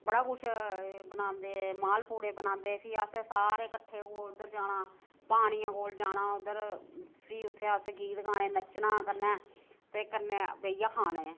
बड़ा कुछ बनांदे माल पूड़े बनांदे फ्ही असें सारे कट्ठे उद्धर जाना पानिया कोल जाना उद्धर फ्ही उ'त्थें असें गीत गाने नच्चना कन्नै ते कन्नै बेहि्यै खाने